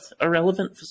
irrelevant